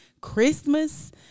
christmas